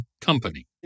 company